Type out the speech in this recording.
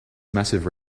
massive